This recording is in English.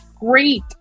great